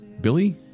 Billy